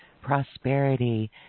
prosperity